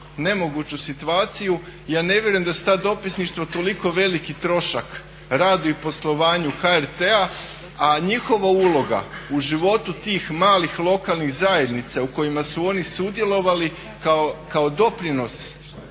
situaciju. Ja ne vjerujem da su ta dopisništva toliko veliki trošak radu i poslovanju HRT-a, a njihova uloga u životu tih malih lokalnih zajednica u kojima su oni sudjelovali kao doprinos